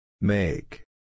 Make